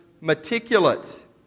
meticulous